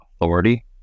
authority